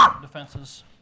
defenses